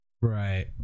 Right